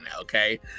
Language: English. Okay